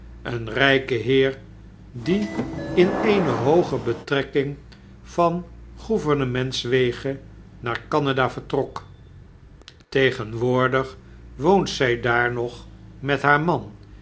een rgkheer ie in eene hooge betrekking van gouvernementswege naar canada vertrok tegenwoordig woont zg daar nog met haar man